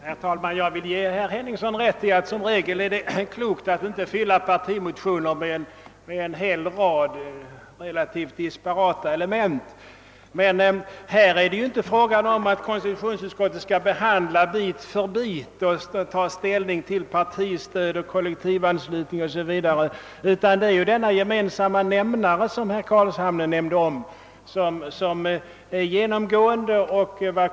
Herr talman! Jag vill ge herr Henningsson rätt i att det som regel är klokt att inte fylla en partimotion med en hel rad relativt disparata element. Men här är det inte fråga om att konstitutionsutskottet skall behandla ärende för ärende genom att ta ställning till partistöd, kollektivanslutning 0. s. v., utan det är fråga om den för alla ärenden gemensamma nämnaren, som herr Carlshamre talade om.